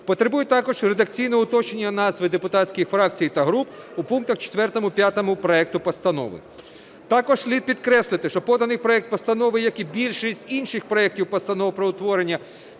Потребують також редакційного уточнення назви депутатських фракцій та груп у пунктах 4-5 проекту постанови. Також слід підкреслити, що поданий проект постанови, як і більшість інших проектів постанов про утворення